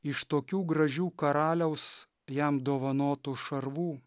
iš tokių gražių karaliaus jam dovanotų šarvų